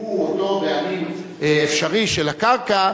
שהוא אותו בעלים אפשרי של הקרקע,